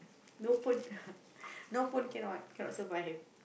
no phone no phone cannot survive